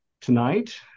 tonight